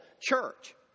church